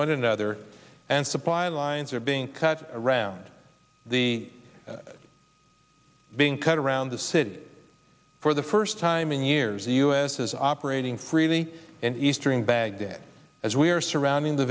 one another and supply lines are being cut around the being cut around the city for the first time in years the us is operating freely in eastern baghdad as we are surrounding the